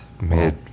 made